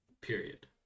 Period